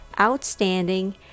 outstanding